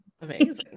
amazing